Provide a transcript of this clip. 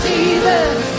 Jesus